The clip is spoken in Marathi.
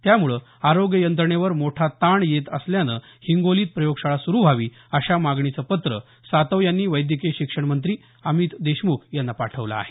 त्यामुळे आरोग्य यंत्रणेवर मोठा ताण येत असल्यानं हिंगोलीत प्रयोगशाळा सुरू व्हावी अशा मागणीचं पत्र सातव यांनी वैद्यकीय शिक्षण मंत्री अमित देशमुख यांना पाठवलं आहे